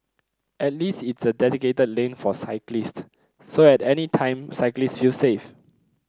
at least it's a dedicated lane for cyclists so at any time cyclists feel safe